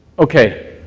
okay,